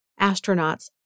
astronauts